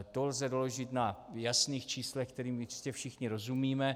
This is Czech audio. To lze doložit na jasných číslech, kterým jistě všichni rozumíme.